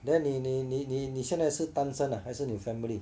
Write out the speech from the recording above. then 你你你你你现在是单身啊还是有 family